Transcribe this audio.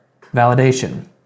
validation